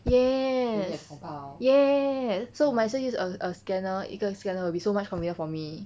yes yes so might as well use a a scanner 一个 scanner will be so much convenient for me